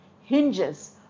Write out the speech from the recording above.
hinges